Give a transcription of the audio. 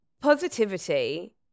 Positivity